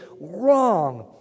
wrong